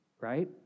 Right